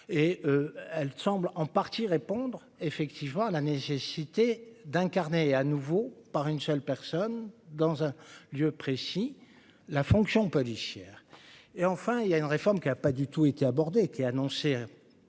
et elle semble en partie répondre effectivement la nécessité d'incarner à nouveau par une seule personne dans un lieu précis la fonction policière et enfin il y a une réforme qui a pas du tout été abordés qui annoncé